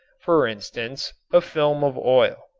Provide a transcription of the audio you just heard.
for instance, a film of oil.